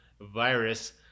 virus